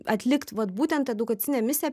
atlikt vat būtent edukacinę misiją